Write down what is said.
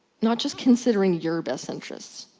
not just considering your best interests,